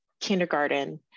kindergarten